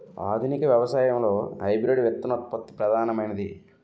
ఆధునిక వ్యవసాయంలో హైబ్రిడ్ విత్తనోత్పత్తి ప్రధానమైనది